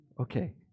Okay